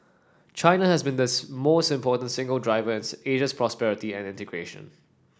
China has been the most important single driver in Asia's prosperity and integration